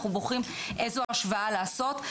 אנחנו בוחרים איזו השוואה לעשות,